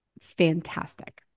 fantastic